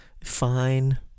fine